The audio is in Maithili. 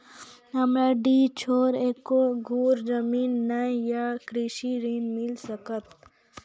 हमरा डीह छोर एको धुर जमीन न या कृषि ऋण मिल सकत?